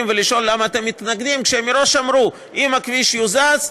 ולשאול למה אתם מתנגדים כשמראש אמרו שאם הכביש יוזז,